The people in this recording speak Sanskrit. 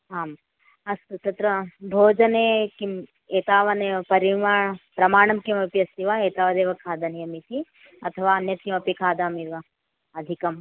आम् अस्तु तत्र भोजने किम् एतावने परिमा प्रमाणं किमपि अस्ति वा एतावदेव खादनीयम् इति अथवा अन्यत् किमपि खादामि वा अधिकम्